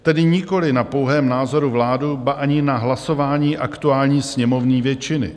Tedy nikoliv na pouhém názoru vlády, ba ani na hlasování aktuální sněmovní většiny.